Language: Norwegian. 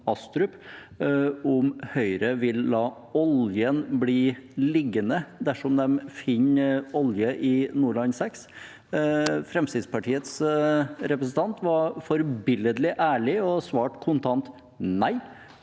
om Høyre vil la oljen bli liggende dersom de finner olje i Nordland VI. Fremskrittspartiets representant var forbilledlig ærlig og svarte kontant nei